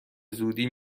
زودی